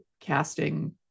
casting